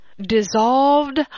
Dissolved